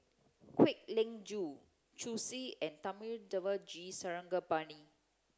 Kwek Leng Joo Zhu and Thami G Sarangapani